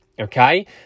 okay